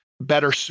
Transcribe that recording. better